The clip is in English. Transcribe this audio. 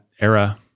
era